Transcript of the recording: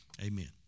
Amen